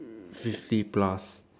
fifty plus